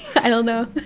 i don't know.